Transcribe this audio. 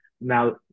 Now